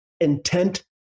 intent